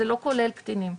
זה לא כולל קטינים.